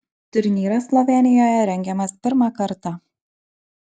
turnyras slovėnijoje rengiamas pirmą kartą